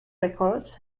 records